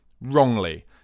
wrongly